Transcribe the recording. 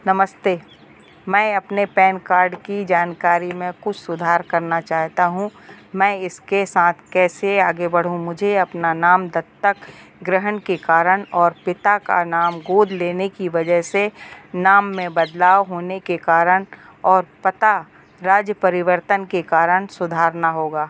नमस्ते मैं अपने पैन कार्ड की जानकारी में कुछ सुधार करना चाहता हूँ इसके साथ कैसे आगे बढूँ मुझे अपना नाम दत्तक ग्रहण के कारण और पिता का नाम गोद लेने की वज़ह से नाम में बदलाव होने के कारण और पता राज्य परिवर्तन के कारण सुधारना होगा